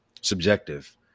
subjective